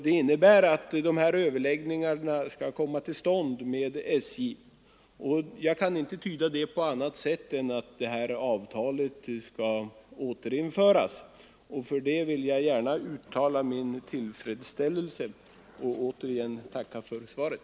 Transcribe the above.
Det innebär att överläggningar skall komma till stånd med SJ, och jag kan inte tyda det på annat sätt än så att detta avtal skall återinföras. För det vill jag gärna uttala min tillfredsställelse, och jag tackar ännu en gång för svaret.